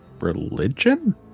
religion